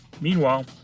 Meanwhile